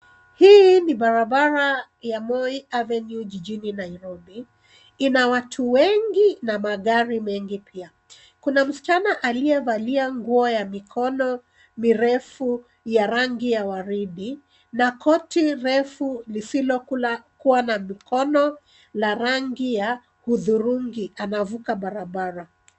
Hii ni barabara ya Moi Avenue jijini Nairobi, ina watu wengi na magari mengi pia. Kuna msichana aliyevalia nguo ya mikono mirefu ya rangi ya waridi na koti refu lisilokuwa na mikono la rangi ya hudhurungi anavuka barabara.